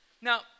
Now